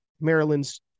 Maryland's